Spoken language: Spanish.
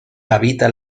habita